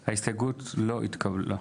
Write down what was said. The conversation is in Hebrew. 0 ההסתייגות לא התקבלה.